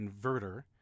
inverter